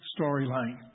storyline